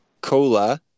cola